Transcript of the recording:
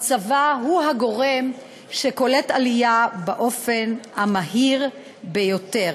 הצבא הוא הגורם שקולט עלייה באופן המהיר ביותר.